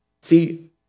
See